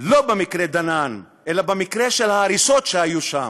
לא במקרה דנן, אלא במקרה של ההריסות שהיו שם,